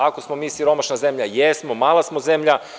Ako smo mi siromašna zemlja, jesmo, mala smo zemlja.